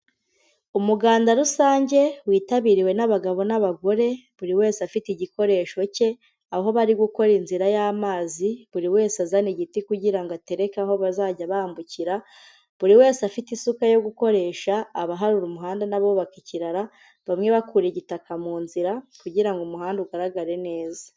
Umuganda rusange witabiriwe n'abagabo n'abagore buri wese afite igikoresho cye, aho bari gukora inzira y'amazi buri wese azana igiti kugira ngo atereke aho bazajya bambukira, buri wese afite isuka yo gukoresha, abaharura umuhanda n'abubaka ikirara, bamwe bakura igitaka mu nzira kugira ngo umuhanda ugaragare neza.